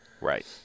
Right